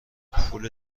پول